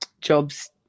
jobs